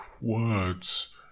words